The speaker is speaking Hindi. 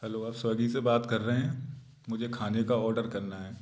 हेलो आप स्वगी से बात कर रहें हैं मुझे खाने काओर्डर करना है